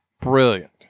Brilliant